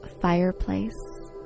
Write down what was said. fireplace